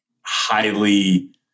highly